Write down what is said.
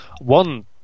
One